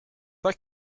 pas